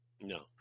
No